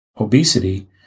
obesity